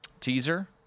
Teaser